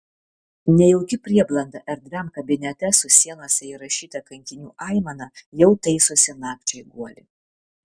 nejauki prieblanda erdviam kabinete su sienose įrašyta kankinių aimana jau taisosi nakčiai guolį